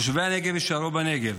תושבי הנגב יישארו בנגב.